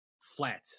flat